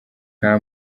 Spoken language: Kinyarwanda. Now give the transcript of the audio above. nta